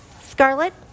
Scarlet